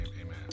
Amen